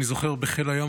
אני זוכר שכששירתי בחיל הים,